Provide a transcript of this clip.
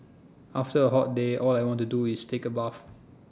after A hot day all I want to do is take A bath